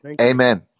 Amen